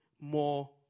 more